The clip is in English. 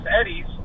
Eddie's